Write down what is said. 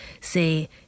say